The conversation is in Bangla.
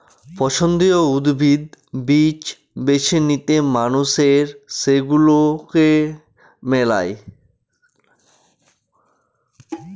পছন্দীয় উদ্ভিদ, বীজ বেছে নিয়ে মানুষ সেগুলাকে মেলায়